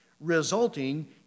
resulting